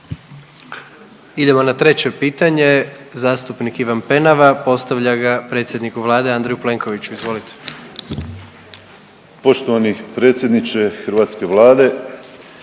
Idemo na 3. pitanje, zastupnik Ivan Penava postavlja ga predsjedniku Vlade, Andreju Plenkoviću, izvolite. **Penava, Ivan (DP)** Poštovani predsjedniče hrvatske Vlade.